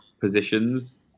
positions